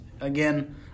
again